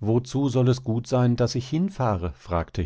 wozu soll es gut sein daß ich hinfahre fragte